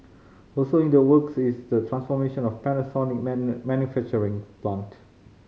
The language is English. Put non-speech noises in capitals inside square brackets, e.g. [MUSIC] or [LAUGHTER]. also in the works is the transformation of Panasonic [UNINTELLIGIBLE] manufacturing plant